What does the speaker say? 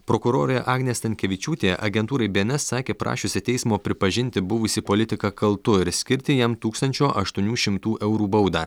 prokurorė agnė stankevičiūtė agentūrai bns sakė prašiusi teismo pripažinti buvusį politiką kaltu ir skirti jam tūkstančio aštuonių šimtų eurų baudą